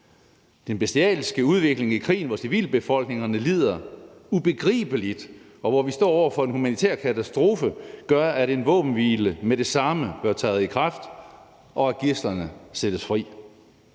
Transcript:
Den bestialske udvikling i krigen, hvor civilbefolkningerne lider ubegribeligt, og hvor vi står over for en humanitær katastrofe, gør, at en våbenhvile med det samme bør træde i kraft og gidslerne sættes fri.